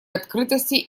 открытости